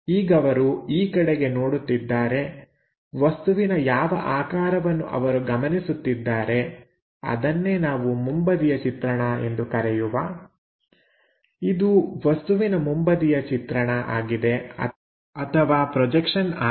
ಈಗವರು ಈ ಕಡೆಗೆ ನೋಡುತ್ತಿದ್ದಾರೆ ವಸ್ತುವಿನ ಯಾವ ಆಕಾರವನ್ನು ಅವರು ಗಮನಿಸುತ್ತಿದ್ದಾರೆ ಅದನ್ನೇ ನಾವು ಮುಂಬದಿಯ ಚಿತ್ರಣ ಎಂದು ಕರೆಯುವ ಇದು ವಸ್ತುವಿನ ಮುಂಬದಿಯ ಚಿತ್ರಣ ಅಥವಾ ಪ್ರೊಜೆಕ್ಷನ್ ಆಗಿದೆ